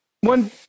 One